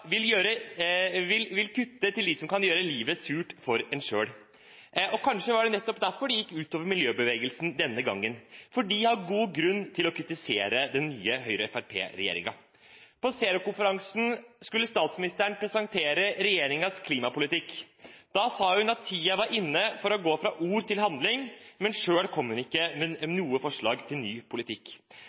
vil kutte til dem som kan gjøre livet surt for dem selv. Kanskje var det nettopp derfor det gikk ut over miljøbevegelsen denne gangen, for de har god grunn til å kritisere den nye Høyre–Fremskrittsparti-regjeringen. På Zerokonferansen skulle statsministeren presentere regjeringens klimapolitikk. Da sa hun at tiden var inne for å gå fra ord til handling, men selv kom hun ikke med noen forslag til ny politikk.